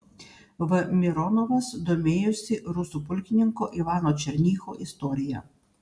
v mironovas domėjosi rusų pulkininko ivano černycho istorija